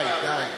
די.